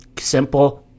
Simple